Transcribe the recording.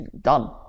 done